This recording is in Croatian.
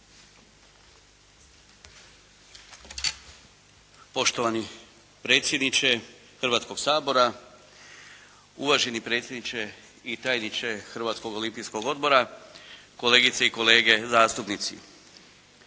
Poštovani predsjedniče Hrvatskog sabora, uvaženi predsjedniče i tajniče Hrvatskog olimpijskog odbora, kolegice i kolege zastupnici.